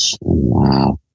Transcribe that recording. Wow